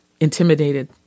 intimidated